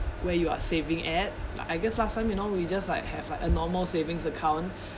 where you are saving at I guess last time you know we just like have like a normal savings account